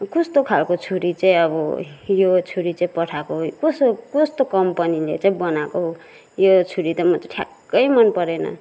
कस्तो खालको छुरी चाहिँ अब यो छुरी चाहिँ पठाएको कसो कस्तो कम्पनीले चाहिँ बनाएको हो हौ यो छुरी त म त ठ्याक्कै मन परेन